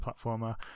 platformer